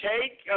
take